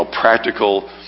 practical